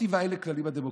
אלה הכללים הדמוקרטיים,